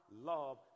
love